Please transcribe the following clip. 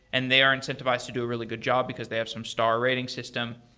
and they are incentivized to do a really good job, because they have some star rating system.